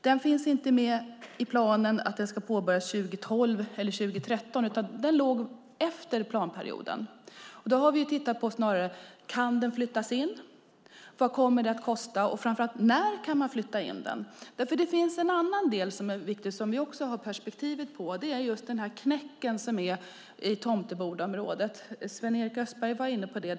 Det finns inte med i planen att detta ska påbörjas 2012 eller 2013, utan det låg efter planperioden. Därför har vi snarare tittat på om det kan flyttas in, vad det kommer att kosta och framför allt när man kan flytta in det. Det finns även en annan del som är viktig och som vi också har perspektiv på, och det är just den här knäcken i Tomtebodaområdet. Sven-Erik Österberg var inne på det.